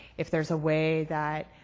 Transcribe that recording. if there's a way that